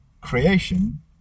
creation